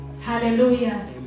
Hallelujah